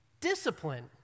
discipline